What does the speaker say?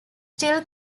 still